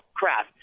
crap